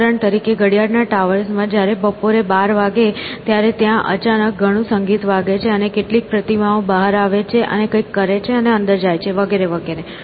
ઉદાહરણ તરીકે ઘડિયાળના ટાવર્સમાં જ્યારે બપોરે 12 વાગે ત્યારે ત્યાં અચાનક ઘણું સંગીત વાગે છે અને કેટલીક પ્રતિમાઓ બહાર આવે છે અને કંઈક કરે છે અને અંદર જાય છે વગેરે વગેરે